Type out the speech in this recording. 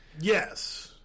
Yes